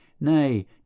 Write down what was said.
Nay